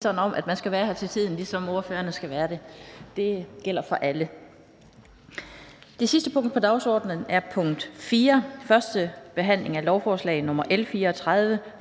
Det sidste punkt på dagsordenen er: 4) 1. behandling af lovforslag nr. L 34: